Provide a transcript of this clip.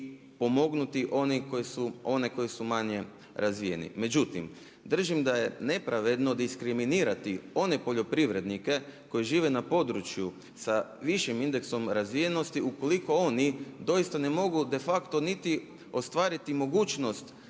pomognuti one koji su manje razvijeni. Međutim, držim da je nepravedno diskriminirati one poljoprivrednike koji žive na području sa višim indeksom razvijenosti ukoliko oni doista ne mogu de facto niti ostvariti mogućnost